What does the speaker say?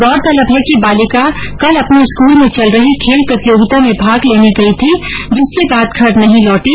गौरतलब है कि बालिका कल अपने स्कूल में चल रही खेल प्रतियोगिता में भाग लेने गई थी जिसके बाद घर नहीं लौटी